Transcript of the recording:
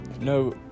No